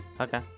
Okay